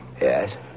Yes